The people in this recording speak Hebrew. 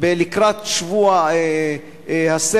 לקראת שבוע הספר,